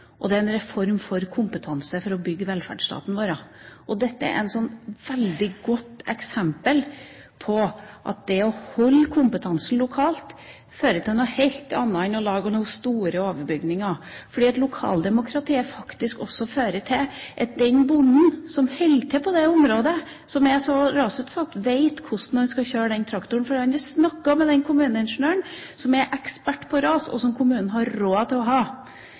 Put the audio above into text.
og det er en reform for kompetanse for å bygge velferdsstaten vår. Dette er et veldig godt eksempel på at det å holde kompetansen lokalt fører til noe helt annet enn å lage noen store overbygninger. Lokaldemokratiet fører faktisk til at bonden som holder til på det området som er så rasutsatt, vet hvordan han skal kjøre traktoren, for han har snakket med den kommuneingeniøren som er ekspert på ras, og som kommunen har råd til å ha.